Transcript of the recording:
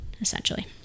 essentially